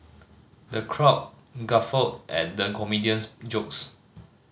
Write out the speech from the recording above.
the crowd guffawed at the comedian's jokes